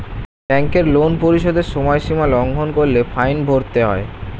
ব্যাংকের লোন পরিশোধের সময়সীমা লঙ্ঘন করলে ফাইন ভরতে হয়